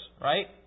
right